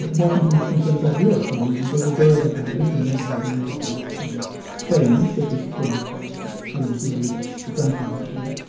washington was concerned about europe, i mean they were worried about italy, they were worried about um spain, this was the period towards the end of the franco regime.